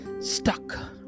stuck